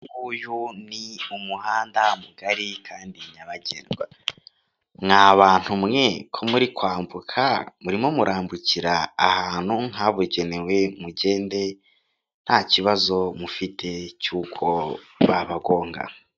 Uyu nguyu ni umuhanda mugari kandi nyabagendwa, mwa bantu mwe ko muri kwambuka, murimo murambukira ahantu habugenewe, mugende nta kibazo mufite cy'uko babagonga.